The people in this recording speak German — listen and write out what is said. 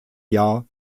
jahr